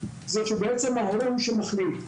זה שההורה הוא זה שמחליט.